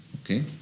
Okay